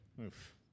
Oof